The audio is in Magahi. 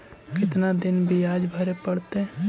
कितना दिन बियाज भरे परतैय?